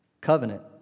Covenant